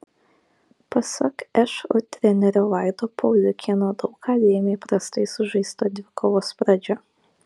pasak šu trenerio vaido pauliukėno daug ką lėmė prastai sužaista dvikovos pradžia